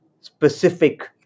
specific